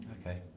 Okay